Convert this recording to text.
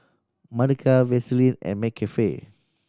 Mothercare Vaseline and McCafe